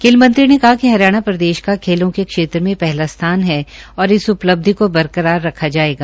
खेल मंत्री ने कहा कि हरियाणा प्रदेश का खेलो के क्षेत्र में पहला स्थान है और इस उपलब्धि को बरकरार रखा जायेगा